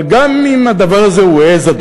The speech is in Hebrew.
אבל גם אם הדבר הזה הוא עז,